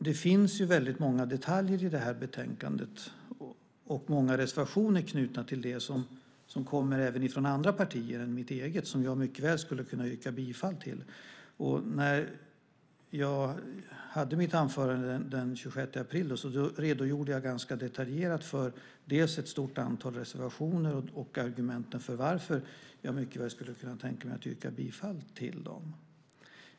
Det finns väldigt många detaljer i detta betänkande och många reservationer knutna till det som kommer även från andra partier än mitt eget och som jag mycket väl skulle kunna yrka bifall till. När jag höll mitt anförande den 26 april redogjorde jag ganska detaljerat för ett stort antal reservationer och argumenten för att jag mycket väl skulle kunna tänka mig att yrka bifall till dem.